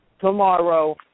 tomorrow